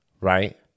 right